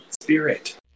spirit